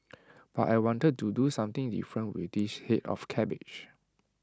but I wanted to do something different with this Head of cabbage